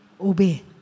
obey